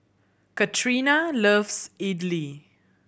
Katrina loves Idili